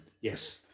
yes